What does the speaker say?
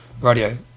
radio